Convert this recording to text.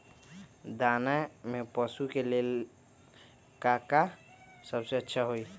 दाना में पशु के ले का सबसे अच्छा होई?